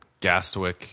Gastwick